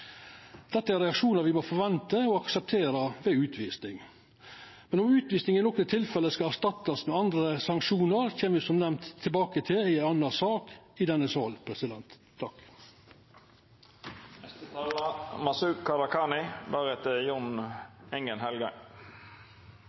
Dette er reaksjonar me må forventa og akseptera ved utvising. Om utvising i nokre tilfelle skal erstattast med andre sanksjonar, kjem me, som tidligare nemnt, tilbake til i ei anna sak i denne